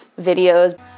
videos